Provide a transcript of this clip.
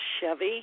Chevy